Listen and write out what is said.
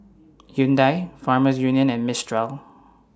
Hyundai Farmers Union and Mistral